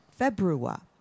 februa